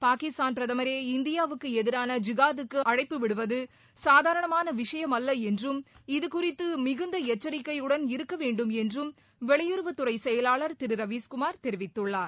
பாகிஸ்தான் பிரதமரே இந்தியாவுக்கு எதிரான ஜிகாத்துக்கு அழைப்புவிடுவது சுதனமாக விஷயமல்ல என்றம் இதுகுறித்து மிகுந்த எச்சரிக்கையுடன் இருக்கவேண்டும் என்றும் வெளியுறவுத்துறை செயலாளர் திரு ரவீஸ்குமார் தெரிவித்துள்ளார்